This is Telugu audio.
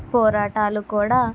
పోరాటాలు కూడా